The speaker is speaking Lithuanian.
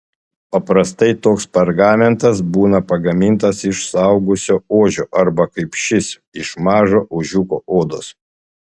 paprastai toks pergamentas būna pagamintas iš suaugusio ožio arba kaip šis iš mažo ožiuko odos